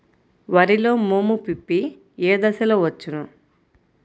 వరిలో మోము పిప్పి ఏ దశలో వచ్చును?